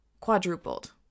quadrupled